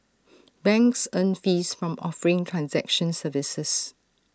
banks earn fees from offering transaction services